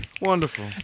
Wonderful